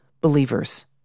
believers